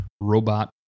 robot